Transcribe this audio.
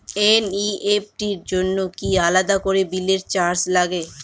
NEFT র জন্য কি আলাদা করে বিলের সাথে চার্জ লাগে?